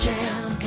Jam